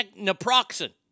naproxen